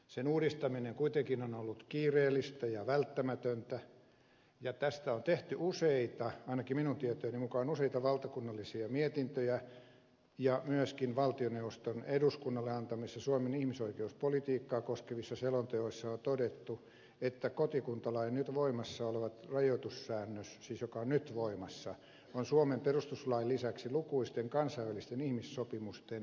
sen uudistaminen on kuitenkin ollut kiireellistä ja välttämätöntä ja tästä on tehty ainakin minun tietojeni mukaan useita valtakunnallisia mietintöjä ja myöskin valtioneuvoston eduskunnalle antamissa suomen ihmisoikeuspolitiikkaa koskevissa selonteoissa on todettu että nyt voimassa olevan kotikuntalain rajoitussäännöt ovat suomen perustuslain lisäksi lukuisten kansainvälisten ihmisoikeussopimusten vastaiset